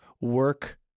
work